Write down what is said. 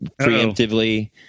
preemptively